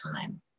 time